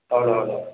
అవును అవును